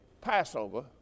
Passover